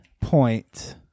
point